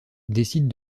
décide